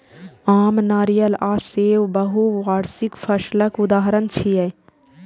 आम, नारियल आ सेब बहुवार्षिक फसलक उदाहरण छियै